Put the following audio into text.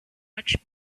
much